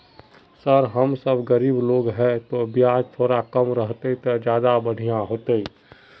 sir हम सब गरीब लोग है तो बियाज थोड़ा कम रहते तो ज्यदा बढ़िया होते